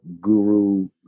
guru